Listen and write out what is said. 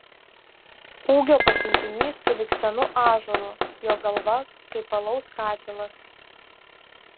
ūgio pasiuntinys sulig senu ąžuolu jo galva kaip alaus katilas